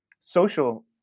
social